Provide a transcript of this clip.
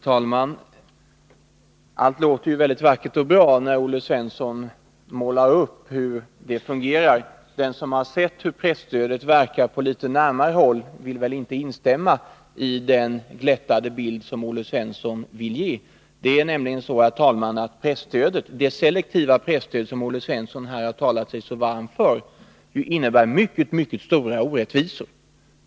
Herr talman! Allt låter väldigt vackert och bra när Olle Svensson målar upp hur det fungerar. Den som på litet närmare håll har sett hur presstödet fungerar vill inte instämma i den glättade beskrivning som Olle Svensson ger. Det är nämligen så, herr talman, att det selektiva presstödet, som Olle Svensson här talat sig så varm för, ju innebär mycket stora orättvisor.